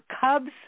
cubs